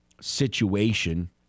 situation